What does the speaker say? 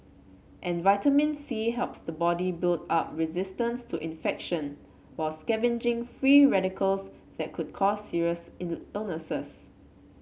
and vitamin C helps the body build up resistance to infection while scavenging free radicals that could cause serious illnesses